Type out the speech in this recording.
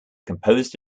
composed